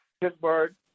Pittsburgh